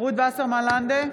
רות וסרמן לנדה,